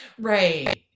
Right